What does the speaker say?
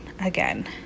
again